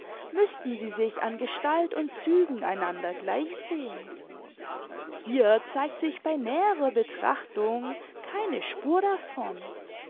müßten sie sich an gestalt und zügen einander gleich sehen hier zeigt sich bei näherer betrachtung keine spur davon